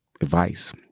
advice